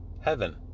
heaven